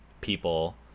people